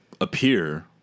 appear